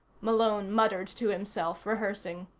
malone muttered to himself, rehearsing.